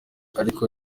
ariko